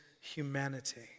humanity